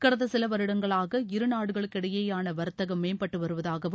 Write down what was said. கடந்த சில வருடங்களாக இருநாடுகளுக்கு இடையேயான வா்த்தகம் மேம்பட்டு வருவதாகவும்